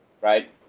right